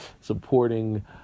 supporting